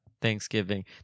Thanksgiving